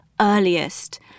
earliest